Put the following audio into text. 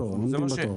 בתור, הם עומדים בתור.